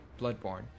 Bloodborne